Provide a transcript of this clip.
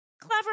clever